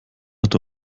hat